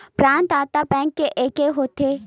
प्रदाता बैंक के एके होथे?